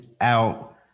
out